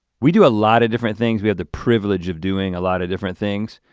we do a lot of different things, we have the privilege of doing a lot of different things.